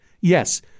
Yes